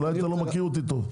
אולי אתה לא מכיר אותי טוב.